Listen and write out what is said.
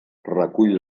recull